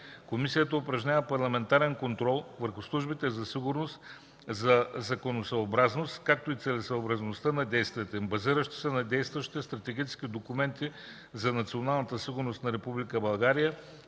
Комисията упражнява парламентарен контрол върху службите за сигурност за законосъобразност, както и целесъобразността на действията им, базиращи се на действащите стратегически документи за националната сигурност на